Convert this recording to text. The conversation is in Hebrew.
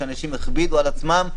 כשאנשים הכבידו על עצמם,